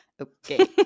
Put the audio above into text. Okay